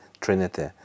Trinity